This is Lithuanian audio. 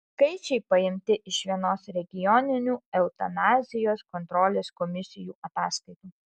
skaičiai paimti iš vienos regioninių eutanazijos kontrolės komisijų ataskaitų